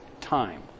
time